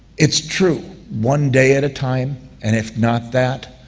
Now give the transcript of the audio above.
it's true one day at a time and if not that,